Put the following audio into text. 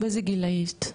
באיזה גיל היית?